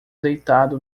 deitado